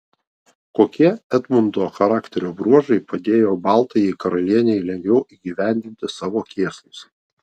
kokie edmundo charakterio bruožai padėjo baltajai karalienei lengviau įgyvendinti savo kėslus